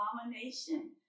abomination